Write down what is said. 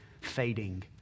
fading